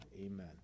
amen